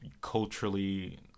culturally